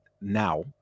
now